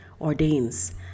ordains